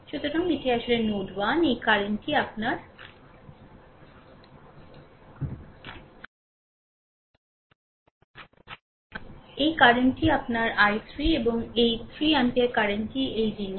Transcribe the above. সুতরাং এটি আসলে নোড 1 এই কারেন্ট টি আপনার i2 এই কারেন্ট টি আপনার I3 এবং এই 3 অ্যাম্পিয়ার কারেন্টটি এই জিনিস